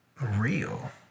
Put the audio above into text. real